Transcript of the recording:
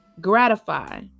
gratify